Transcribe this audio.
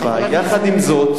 יחד עם זאת,